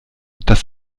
das